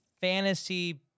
fantasy